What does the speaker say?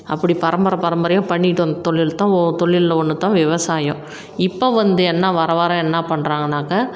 அப்படி பரம்பர பரம்பரையாக பண்ணிக்கிட்டு வந்த தொழில் தான் தொழில்ல ஒன்று தான் விவசாயம் இப்போ வந்து என்ன வர வர என்ன பண்ணுறாங்கனாக்கா